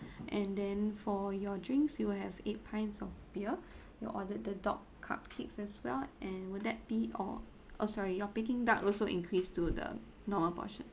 and then for your drinks you will have eight pints of beer you ordered the dog cupcakes as well and will that be all oh sorry your peking duck also increase to the normal portion